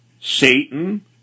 Satan